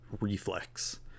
reflex